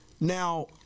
Now